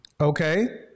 Okay